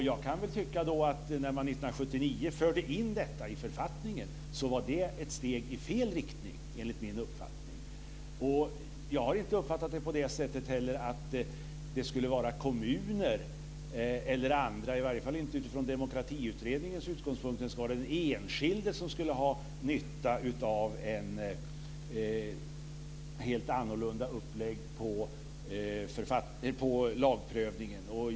När man 1979 förde in detta i författningen var det ett steg i fel riktning, enligt min uppfattning. Jag har inte uppfattat det på det sättet att det skulle vara kommuner eller andra, i varje fall inte utifrån Demokratiutredningens utgångspunkter, utan den enskilde som skulle ha nytta av ett annorlunda upplägg av lagprövningen.